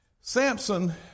Samson